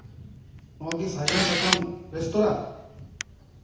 ᱱᱚᱣᱟ ᱠᱤ ᱥᱟᱜᱮᱱ ᱥᱟᱠᱟᱢ ᱨᱮᱸᱥᱛᱳᱨᱟ